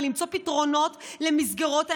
למצוא פתרונות למסגרות ההמשך,